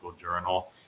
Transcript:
Journal